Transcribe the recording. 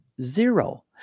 Zero